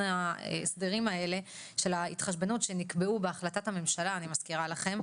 ההסדרים האלה של ההתחשבנות שנקבעו בהחלטת הממשלה - אני מזכירה לכם,